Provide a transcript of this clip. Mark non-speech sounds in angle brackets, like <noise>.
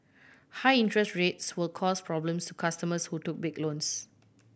high interest rate <unintelligible> will cause problems to customers who took big loans